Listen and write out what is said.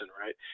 right